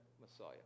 Messiah